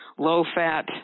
low-fat